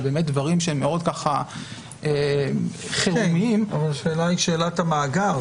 דברים שהם חירומיים- -- השאלה היא שאלת המאגר.